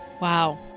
Wow